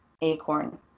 acorn